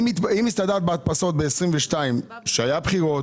אם הסתדרת עם ההדפסות ב-2022, כשהיו בחירות